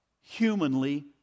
humanly